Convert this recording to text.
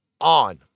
on